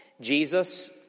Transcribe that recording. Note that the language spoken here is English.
Jesus